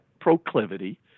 proclivity